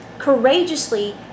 courageously